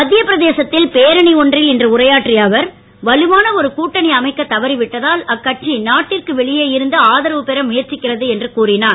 மத்திய பிரதேசத்தில் பேரணி ஒன்றில் இன்று உரையாற்றிய அவர் நல்ல ஒரு கூட்டணி அமைக்க தவறி விட்டதால் அக்கட்சி நாட்டிற்கு வெளியே இருந்து ஆதரவு பெற முயற்சிக்கிறது என்று கூறினார்